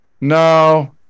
No